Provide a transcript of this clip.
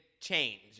change